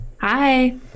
Hi